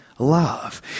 love